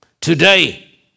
Today